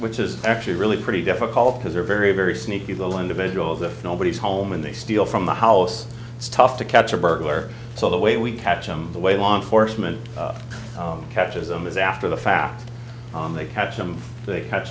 which is actually really pretty difficult because they're very very sneaky little individuals if nobody's home and they steal from the house it's tough to catch a burglar so the way we catch them the way law enforcement catches them is after the fact they catch them they catch